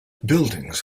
buildings